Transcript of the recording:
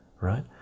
right